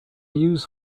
use